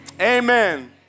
Amen